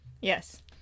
Yes